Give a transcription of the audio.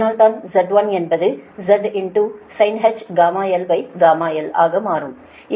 அதனால்தான் Z1என்பது Zsinh γl γlஆக மாறும் இது Z1